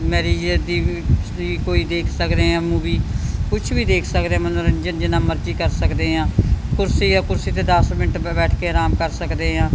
marriage ਦੀ ਵੀ ਕੋਈ ਦੇਖ ਸਕਦੇ ਹਾਂ ਮੂਵੀ ਕੁਛ ਵੀ ਦੇਖ ਸਕਦੇ ਹਾਂ ਮਨੋਰੰਜਨ ਜਿੰਨਾ ਮਰਜ਼ੀ ਕਰ ਸਕਦੇ ਹਾਂ ਕੁਰਸੀ ਆ ਕੁਰਸੀ 'ਤੇ ਦਸ ਮਿੰਟ ਬੈਠ ਕੇ ਆਰਾਮ ਕਰ ਸਕਦੇ ਹਾਂ